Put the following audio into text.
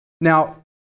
Now